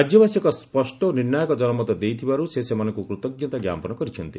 ରାଜ୍ୟବାସୀ ଏକ ସ୍ୱଷ୍ଟ ଓ ନିର୍ଣ୍ଣାୟକ ଜନମତ ଦେଇଥିବାରୁ ସେ ସେମାନଙ୍କୁ କୃତଜ୍ଞତା ଜ୍ଞାପନ କରିଛନ୍ତି